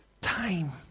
time